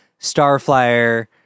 Starflyer